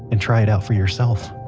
and try it out for yourself